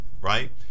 right